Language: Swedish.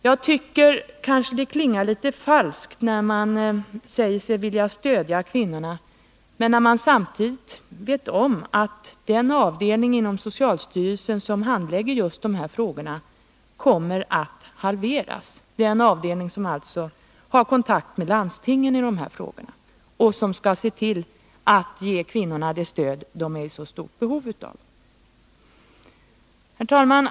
Det klingar kanske litet falskt när man säger sig vilja stödja kvinnorna samtidigt som man vet om att den avdelning inom socialstyrelsen som handlägger just dessa frågor, dvs. den avdelning som har kontakt med landstingen och som skall se till att ge kvinnorna det stöd de är i så stort behov av, kommer att halveras. Herr talman!